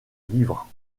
livre